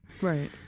Right